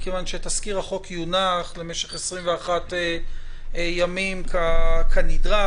מכיוון שתזכיר החוק יונח למשך 21 ימים כנדרש.